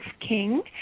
King